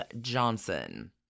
Johnson